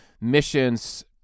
missions